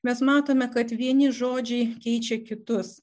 mes matome kad vieni žodžiai keičia kitus